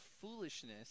foolishness